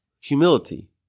humility